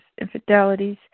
infidelities